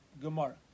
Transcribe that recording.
Gemara